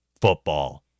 Football